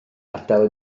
adael